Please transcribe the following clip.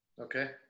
okay